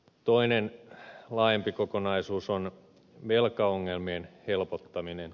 toinen laajempi kokonaisuus on velkaongelmien helpottaminen